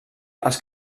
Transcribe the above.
als